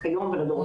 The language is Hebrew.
כיום ולדורות הבאים.